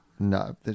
No